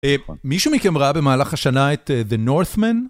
מישהו מכם ראה במהלך השנה את The Northman?